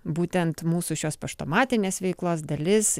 būtent mūsų šios paštomatinės veiklos dalis